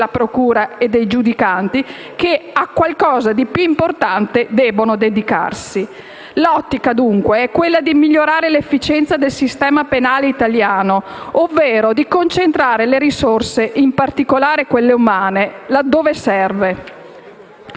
della procura e dei giudicanti, che a qualcosa di più importante debbono dedicarsi. L'ottica, dunque, è quella di migliore l'efficienza del sistema penale italiano, ovvero di concentrare le risorse, in particolare quelle umane, laddove serve.